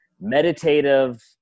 meditative